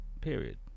Period